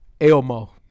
Elmo